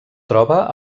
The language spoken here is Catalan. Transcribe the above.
troba